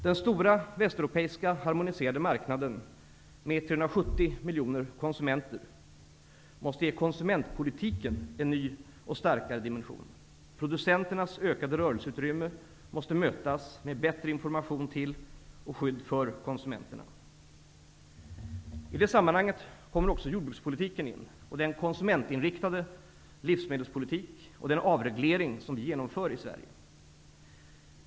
Den stora västeuropeiska harmoniserade marknaden med 370 miljoner konsumenter måste ge konsumentpolitiken en ny och starkare dimension. Producenternas ökade rörelseutrymme måste mötas med bättre information till och skydd för konsumenterna. I det sammanhanget kommer också jordbrukspolitiken och den konsumentinriktade livsmedelspolitik in och den avreglering som vi genomför i Sverige.